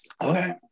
Okay